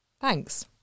Thanks